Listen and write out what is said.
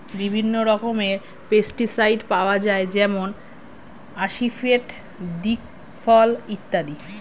বিভিন্ন রকমের পেস্টিসাইড পাওয়া যায় যেমন আসিফেট, দিকফল ইত্যাদি